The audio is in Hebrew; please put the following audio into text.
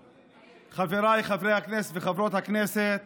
כבוד היושב-ראש, חבריי חברי הכנסת וחברות הכנסת